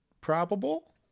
probable